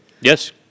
Yes